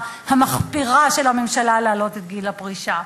המחפירה של הממשלה להעלות את גיל הפרישה.